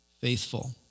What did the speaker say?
faithful